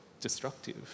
destructive